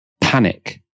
panic